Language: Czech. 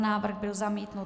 Návrh byl zamítnut.